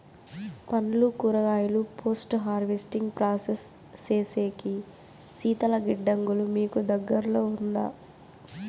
పండ్లు కూరగాయలు post harvesting process సేసేకి శీతల గిడ్డంగులు మీకు దగ్గర్లో ఉందా?